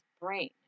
brain